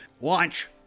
launch